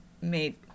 made